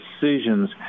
decisions